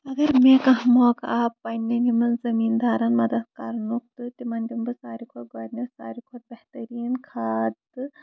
اَگر مےٚ کانٛہہ موقعہٕ آو پَنٕنٮ۪ن یِمن زٔمیٖن دارن مدد کَرنُک تہٕ تِمن دِمہٕ بہٕ ساروی کھۄتہٕ گۄڈٕنیٚتھ ساروی کھۄتہٕ بہتریٖن کھاد تہٕ